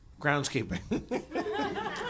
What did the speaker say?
groundskeeping